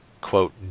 quote